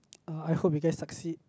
uh I hope you guys succeed